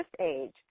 age